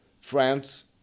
France